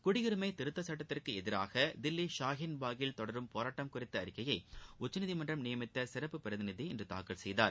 குடியுரிமை திருத்தச் சுட்டத்திற்கு எதிராக தில்வி ஷாஹின் பாக்கில் தொடரும் போராட்டம் குறித்த அறிக்கையை உச்சநீதிமன்றம் நியமித்த சிறப்பு பிரதிநிதி இன்று தாக்கல் செய்தார்